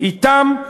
אתם,